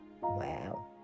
Wow